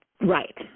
right